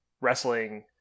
wrestling